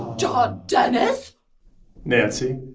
john dennis nancy